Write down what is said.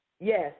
Yes